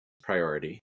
priority